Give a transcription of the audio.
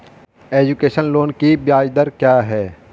Education loan की ब्याज दर क्या है?